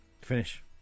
Finish